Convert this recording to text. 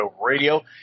Radio